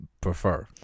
prefer